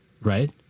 Right